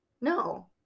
No